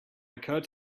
occurred